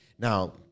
Now